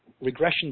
regression